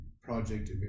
project